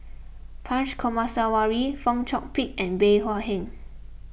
Punch Coomaraswamy Fong Chong Pik and Bey Hua Heng